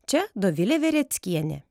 čia dovilė vereckienė